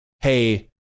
hey